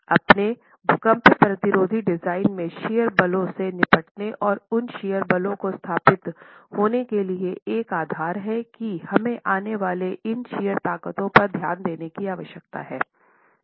अपने भूकंप प्रतिरोधी डिजाइन में शियर बलों से निपटने और उन शियर बलों को स्थापित होने के लिए एक आधार है कि हमें आने वाले इन शियर ताकतों पर ध्यान देने की आवश्यकता है